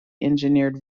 engineered